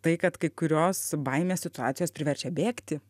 tai kad kai kurios baimės situacijos priverčia bėgti